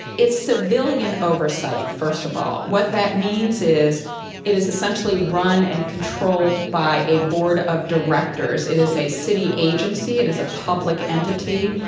it's civilian oversight. first of all, what that means is it is essentially run and controlled by a board of directors. it is a city agency. it is a public entity.